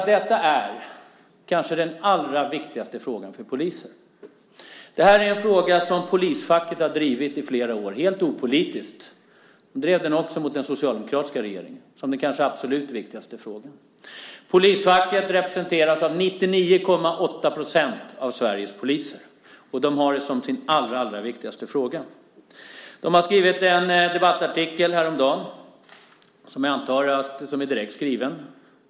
Detta är kanske den allra viktigaste frågan för poliser. Det är en fråga som polisfacket har drivit i flera år helt opolitiskt. Det drev den också mot den socialdemokratiska regeringen som den kanske absolut viktigaste frågan. Polisfacket representerar 99,8 % av Sveriges poliser. Det har det som sin allra viktigaste fråga. Polisfacket har skrivit en debattartikel häromdagen som är direkt skriven.